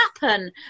happen